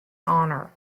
honor